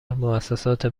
موسسات